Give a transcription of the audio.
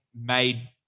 made